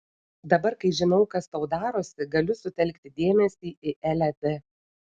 dabar kai žinau kas tau darosi galiu sutelkti dėmesį į elę d